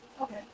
okay